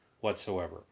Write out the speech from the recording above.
whatsoever